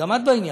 גם את בעניין?